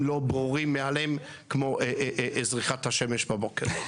לא ברורים מאליהם כמו זריחת השמש בבוקר.